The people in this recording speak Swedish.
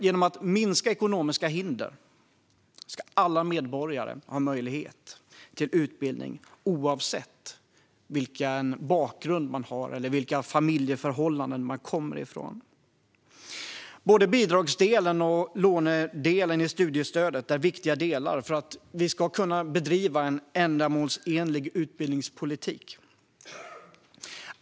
Genom att minska ekonomiska hinder ska alla medborgare ha möjlighet till utbildning oavsett vilka familjeförhållanden man kommer ifrån. Både bidragsdelen och lånedelen i studiestödet är viktiga delar för att vi ska kunna bedriva en ändamålsenlig utbildningspolitik.